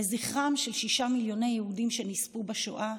לזכרם של שישה מיליוני יהודים שנספו בשואה,